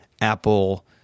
Apple